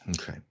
Okay